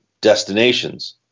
destinations